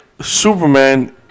Superman